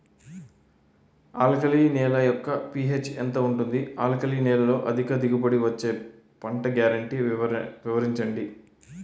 Alkali నేల యెక్క P H ఎంత ఉంటుంది? ఆల్కలి నేలలో అధిక దిగుబడి ఇచ్చే పంట గ్యారంటీ వివరించండి?